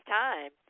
time